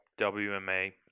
WMA